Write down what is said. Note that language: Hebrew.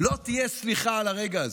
לא תהיה סליחה על הרגע הזה.